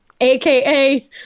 aka